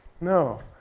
no